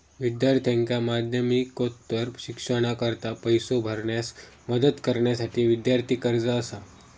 विद्यार्थ्यांका माध्यमिकोत्तर शिक्षणाकरता पैसो भरण्यास मदत करण्यासाठी विद्यार्थी कर्जा असा